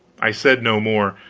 i said no more,